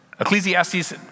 Ecclesiastes